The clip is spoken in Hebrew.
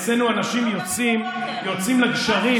אצלנו אנשים יוצאים לגשרים.